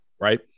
Right